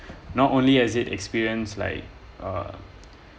not only as it experienced like uh status uh uh not only as it achieved uh